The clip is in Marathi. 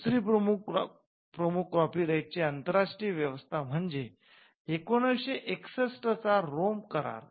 दुसरी प्रमुख कॉपी राईट ची आंतरराष्ट्रीय व्यवस्था म्हणजे १९६१ चा रोम करार